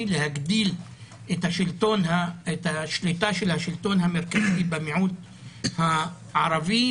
ולהגדיל את השליטה של השלטון המרכזי במיעוט הערבי,